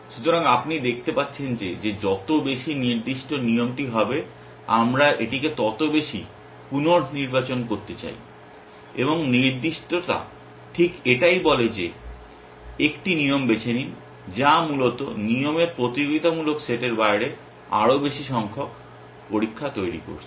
সুতরাং আপনি দেখতে পাচ্ছেন যে যত বেশি নির্দিষ্ট নিয়মটি হবে আমরা এটিকে তত বেশি পুনঃনির্বাচন করতে চাই এবং নির্দিষ্টতা ঠিক এটাই বলে যে একটি নিয়ম বেছে নিন যা মূলত নিয়মের প্রতিযোগিতামূলক সেটের বাইরে আরও বেশি সংখ্যক পরীক্ষা তৈরি করছে